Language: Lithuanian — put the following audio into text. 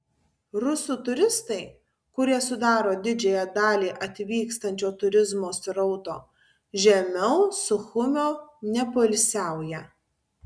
rusų turistai kurie sudaro didžiąją dalį atvykstančio turizmo srauto žemiau suchumio nepoilsiauja